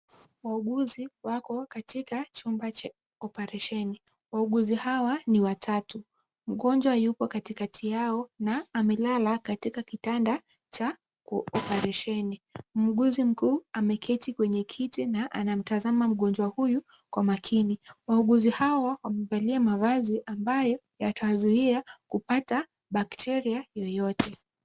Wauguzi wako katika chumba cha oparesheni. Wauguzi hawa ni watatu. Mgonjwa yupo katikati yao na amelala katika kitanda cha oparesheni. Muuguzi mkuu ameketi kwenye kiti na anamtazama mgonjwa huyu kwa makini. Wauguzi hawa wamevalia mavazi ambayo yatawazuia kupata bacteria yoyote.